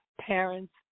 parents